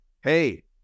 hey